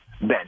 Ben